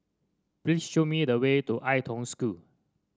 please show me the way to Ai Tong School